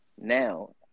now